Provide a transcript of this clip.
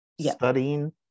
studying